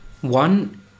One